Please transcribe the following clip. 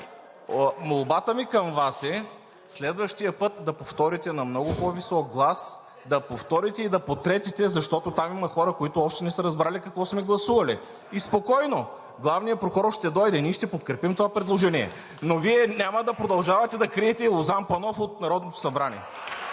Молбата ми към Вас е следващия път да повторите на много по-висок глас – да повторите и да потретите, защото там има хора, които още не са разбрали какво сме гласували. И, спокойно, главният прокурор ще дойде – ние ще подкрепим това предложение, но Вие няма да продължавате да криете и Лозан Панов от Народното събрание.